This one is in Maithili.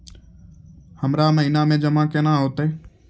हमरा महिना मे जमा केना हेतै?